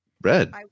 red